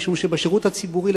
משום שבשירות הציבורי,